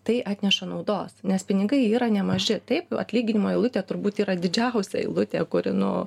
tai atneša naudos nes pinigai yra nemaži taip atlyginimo eilutė turbūt yra didžiausia eilutė kuri nu